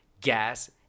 gas